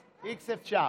x אפשר.